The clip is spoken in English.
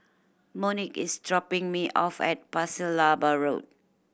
Monique is dropping me off at Pasir Laba Road